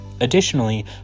Additionally